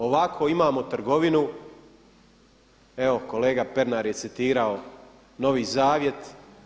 Ovako imamo trgovinu evo kolega Pernar je citirao Novi zavjet.